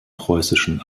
preußischen